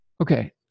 okay